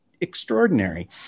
extraordinary